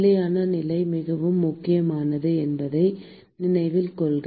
நிலையான நிலை மிகவும் முக்கியமானது என்பதை நினைவில் கொள்க